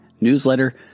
Newsletter